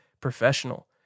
professional